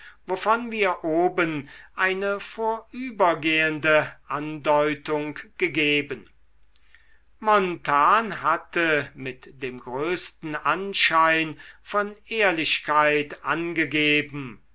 wovon wir oben eine vorübergehende andeutung gegeben montan hatte mit dem größten anschein von ehrlichkeit angegeben